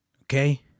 okay